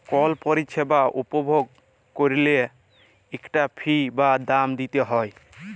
call পরিছেবা উপভগ ক্যইরলে ইকটা ফি বা দাম দিইতে হ্যয়